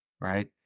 right